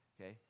Okay